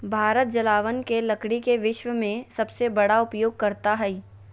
भारत जलावन के लकड़ी के विश्व में सबसे बड़ा उपयोगकर्ता हइ